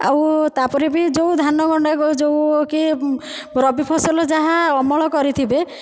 ଆଉ ତା'ପରେ ବି ଯେଉଁ ଧାନଗଣ୍ଡାକ ଯେଉଁ କି ରବିଫସଲ ଯାହା ଅମଳ କରିଥିବେ